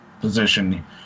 position